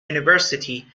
university